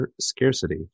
scarcity